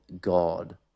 God